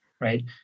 right